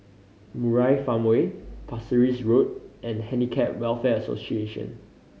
Murai Farmway Pasir Ris Road and Handicap Welfare Association